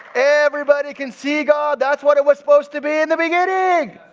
everybody can see god. that's what it was supposed to be in the beginning.